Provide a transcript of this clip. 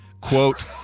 quote